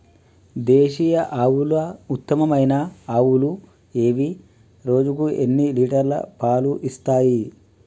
దేశీయ ఆవుల ఉత్తమమైన ఆవులు ఏవి? రోజుకు ఎన్ని లీటర్ల పాలు ఇస్తాయి?